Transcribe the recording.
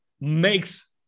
makes